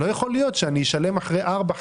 לא ייתכן שאשלם אחרי ארבע,